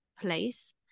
place